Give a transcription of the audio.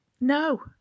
No